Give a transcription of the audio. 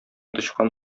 тычкан